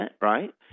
right